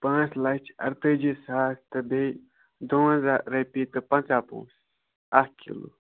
پانٛژھ لَچھ اَرتٲجی ساس تہٕ بیٚیہِ دُوَنٛزاہ رۄپیہِ تہٕ پنٛژاہ پۅنٛسہٕ اَکھ کِلوٗ